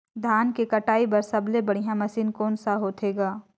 धान के कटाई बर सबले बढ़िया मशीन कोन सा होथे ग?